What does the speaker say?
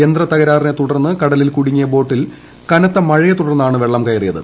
യന്ത്രത്തകരാറിനെ തുടർന്ന് കടലിൽ കൂടുങ്ങിയ ബോട്ടിൽ കനത്ത മഴയെ തുടർന്നാണ് വെള്ളം കയറിയത്